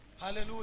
Hallelujah